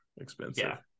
expensive